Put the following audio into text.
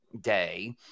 Day